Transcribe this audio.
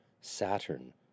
Saturn